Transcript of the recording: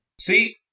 See